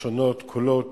השונות קולות